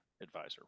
advisor